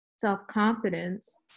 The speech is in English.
self-confidence